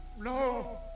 No